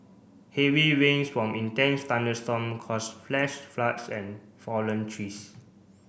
heavy rains from intense thunderstorm caused flash floods and fallen trees